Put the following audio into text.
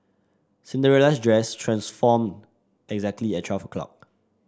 Cinderella's dress transformed exactly at twelve o' clock